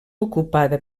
ocupada